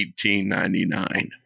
1899